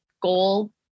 goal